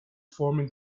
forming